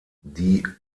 die